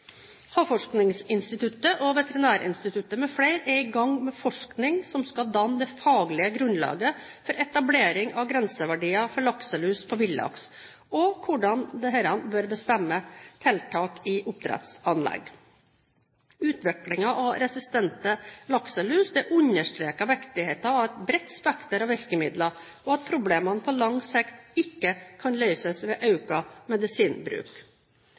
Havforskningsinstituttet og Veterinærinstituttet mfl. er i gang med forskning som skal danne det faglige grunnlaget for etablering av grenseverdier for lakselus på villaks, og hvordan disse bør bestemme tiltak i oppdrettsanlegg. Utviklingen av resistente lakselus understreker viktigheten av et bredt spekter av virkemidler, og at problemene på lang sikt ikke kan løses ved økt medisinbruk.